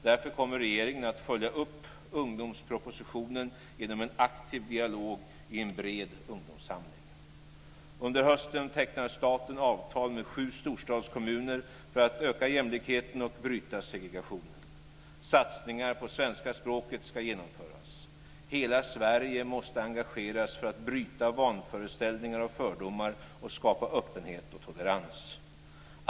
Därför kommer regeringen att följa upp ungdomspropositionen genom en aktiv dialog i en bred ungdomssamling. Under hösten tecknar staten avtal med sju storstadskommuner för att öka jämlikheten och bryta segregationen. Satsningar på svenska språket ska genomföras. Hela Sverige måste engageras för att bryta vanföreställningar och fördomar och skapa öppenhet och tolerans.